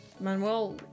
Manuel